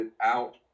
out